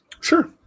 Sure